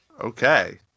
Okay